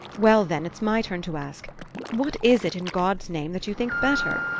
well, then it's my turn to ask what is it, in god's name, that you think better?